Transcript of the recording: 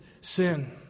sin